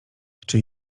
czy